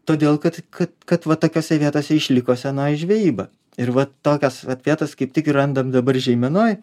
todėl kad kad kad va tokiose vietose išliko senoji žvejyba ir vat tokias vat vietas kaip tik ir randam dabar žeimenoj